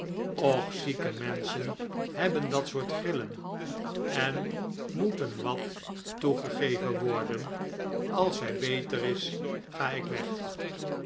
och zieke menschen hebben dat soort grillen en moeten wat toegegeven worden als zij beter is ga ik weg